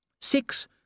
Six